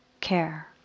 care